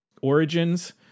origins